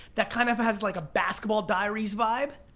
that kind of has like a basketball diaries vibe.